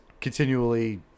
continually